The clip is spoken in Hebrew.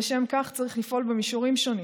לשם כך צריך לפעול במישורים שונים,